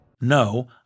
No